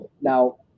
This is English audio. Now